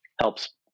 helps